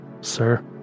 Sir